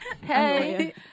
Hey